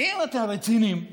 אם אתם רציניים,